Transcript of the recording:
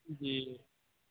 جی